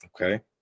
Okay